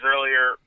earlier